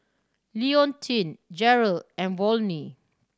Leontine Jerrell and Volney